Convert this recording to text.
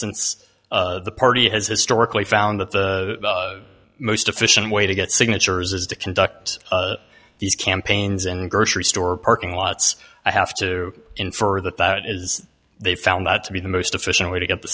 since the party has historically found that the most efficient way to get signatures is to conduct these campaigns and grocery store parking lots i have to infer that that is they found that to be the most efficient way to get the